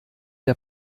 der